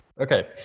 Okay